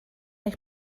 ich